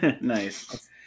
nice